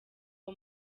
uwo